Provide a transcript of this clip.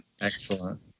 excellent